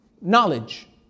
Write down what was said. knowledge